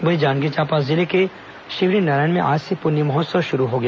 वहीं जांजगीर चांपा जिले के शिवरीनारायण में आज से पून्नी महोत्सव शुरू हुआ